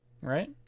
Right